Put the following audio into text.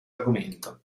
argomento